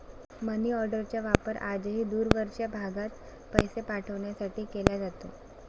मनीऑर्डरचा वापर आजही दूरवरच्या भागात पैसे पाठवण्यासाठी केला जातो